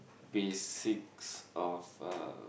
basics of uh